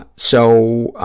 so,